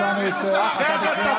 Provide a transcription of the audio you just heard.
חבר הכנסת הרצנו, צא, אתה בקריאה שלישית.